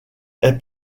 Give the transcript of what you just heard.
est